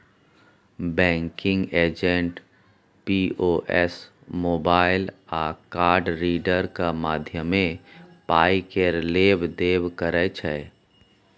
banking agent POS, mobile आ card रीडरक माध्यमे पाय केर लेब देब करै छै